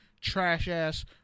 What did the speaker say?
trash-ass